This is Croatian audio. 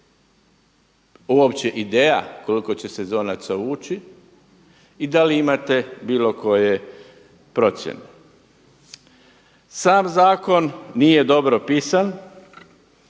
uopće ideja koliko će sezonaca ući i da li imate bilo koje procjene? Sam zakon nije dobro pisan